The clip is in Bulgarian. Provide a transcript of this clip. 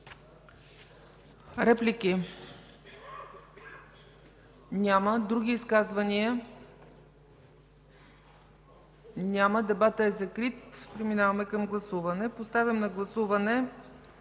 Реплики? Няма. Други изказвания? Няма. Дебатът е закрит. Преминаваме към гласуване. Поставям на гласуване